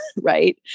right